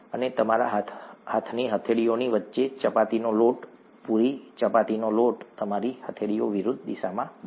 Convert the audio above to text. અને તમારા હાથની હથેળીઓની વચ્ચે ચપાતીનો લોટ પુરી ચપાતીનો લોટ તમારી હથેળીઓ વિરુદ્ધ દિશામાં મૂકો